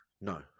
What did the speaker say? No